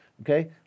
okay